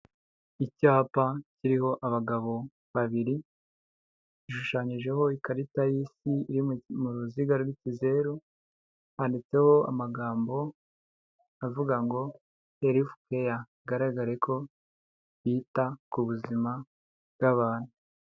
Icyapa kiriho abagabo babiri gishushanyijeho ikarita y'isi mu ruziga rw'ikizeru handitseho amagambo avuga ngo hilifu keya, bigaragare ko bita ku buzima bw'abantu.